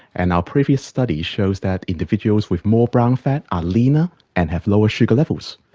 and our previous study shows that individuals with more brown fat are leaner and have lower sugar levels.